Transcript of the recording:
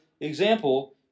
example